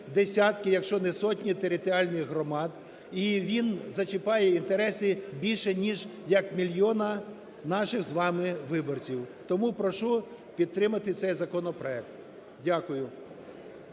десятки, якщо не сотні територіальних громад, і він зачіпає інтереси більше, ніж як мільйона наших з вами виборців. Тому прошу підтримати цей законопроект. Дякую.